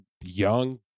young